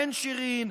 "אין שירין",